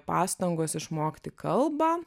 pastangos išmokti kalbą